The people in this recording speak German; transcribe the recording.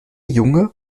junge